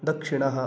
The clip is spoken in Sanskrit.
दक्षिणः